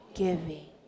giving